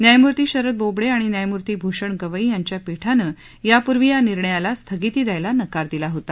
न्यायमूर्ती शरद बोबडे आणि न्यायमूर्ती भूषण गवई यांच्या पीठानं यापूर्वी या निर्णयाला स्थगिती द्यायला नकार दिला होता